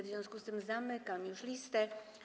W związku z tym zamykam listę.